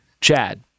Chad